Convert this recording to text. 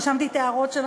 רשמתי את ההערות שלך,